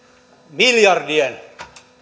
miljar dien